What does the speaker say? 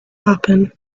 happen